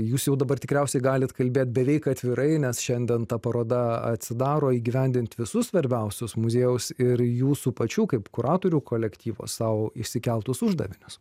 jūs jau dabar tikriausiai galit kalbėt beveik atvirai nes šiandien ta paroda atsidaro įgyvendint visus svarbiausius muziejaus ir jūsų pačių kaip kuratorių kolektyvo sau išsikeltus uždavinius